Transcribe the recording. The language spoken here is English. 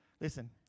listen